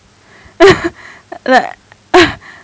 like